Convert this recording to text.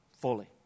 fully